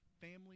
family